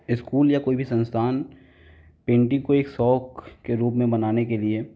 school या कोई भी संस्थान इंडिको एक शौक के रूप में बनाने के लिए